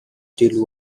still